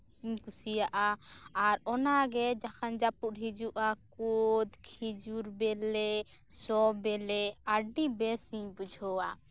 ᱤᱧ ᱠᱩᱥᱤᱭᱟᱜᱼᱟ ᱟᱨ ᱚᱱᱟᱜᱮ ᱡᱟᱦᱟᱱ ᱡᱟᱹᱯᱩᱫ ᱦᱤᱡᱩᱜᱼᱟ ᱠᱳᱫ ᱠᱷᱮᱡᱩᱨ ᱵᱤᱞᱤ ᱥᱚᱼᱵᱤᱞᱤ ᱟᱨ ᱟᱹᱰᱤ ᱵᱮᱥᱤᱧ ᱵᱩᱡᱷᱟᱹᱣᱟ